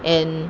and